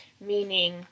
Meaning